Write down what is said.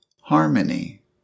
harmony